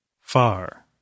far